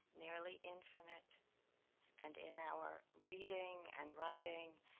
nearly infinite and in our reading and writing,